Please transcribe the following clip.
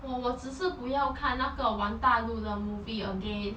我我只是不要看那个王大陆的 movie again